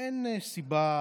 אין סיבה